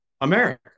America